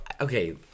okay